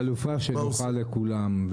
הייתי נותן חלופה שנוחה לכולם,